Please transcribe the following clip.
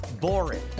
boring